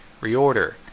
reorder